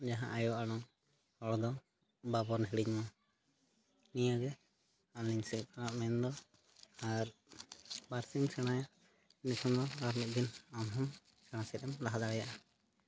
ᱡᱟᱦᱟᱸ ᱟᱭᱳ ᱟᱲᱟᱝ ᱨᱚᱲᱫᱚ ᱵᱟᱵᱚᱱ ᱦᱤᱲᱤᱧ ᱢᱟ ᱱᱤᱭᱟᱹᱜᱮ ᱟᱞᱤᱧ ᱥᱮᱫ ᱠᱷᱚᱱᱟᱜ ᱢᱮᱱᱫᱚ ᱟᱨ ᱯᱟᱹᱨᱥᱤᱢ ᱥᱮᱬᱟᱭᱟ ᱤᱱᱟᱹᱠᱷᱟᱱᱫᱚ ᱟᱨ ᱢᱤᱫ ᱫᱤᱱ ᱟᱢᱦᱚᱸ ᱥᱮᱬᱟ ᱥᱮᱫ ᱮᱢ ᱞᱟᱦᱟ ᱫᱟᱲᱮᱭᱟᱜᱼᱟ